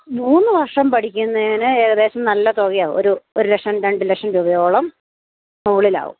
മൂന്നു വർഷം പഠിക്കുന്നതിന് ഏകദേശം നല്ല തുകയാവും ഒരു ഒരു ലക്ഷം രണ്ടു ലക്ഷം രൂപയോളം മുകളിലാവും